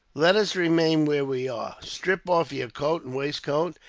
let us remain where we are. strip off your coat and waistcoat,